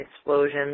explosions